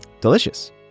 delicious